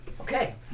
Okay